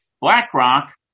BlackRock